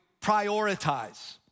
prioritize